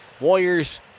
Warriors